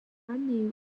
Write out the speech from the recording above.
nem